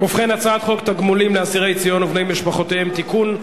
הצעת חוק תגמולים לאסירי ציון ולבני משפחותיהם (תיקון,